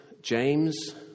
James